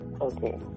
Okay